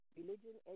Religion